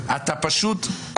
אל